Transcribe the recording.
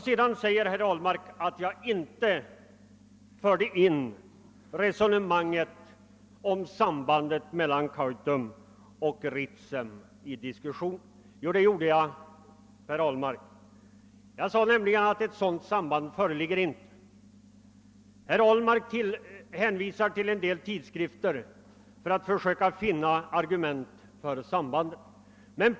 Vidare sade herr Ahlmark att jag inte tog upp sambandet mellan Kaitum och Ritsem, men det gjorde jag. Jag framhöll nämligen att det inte föreligger något sådant samband. Herr Ablmark hänvisade till vissa tidskrifter för att få argument för sambandet.